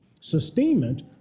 Sustainment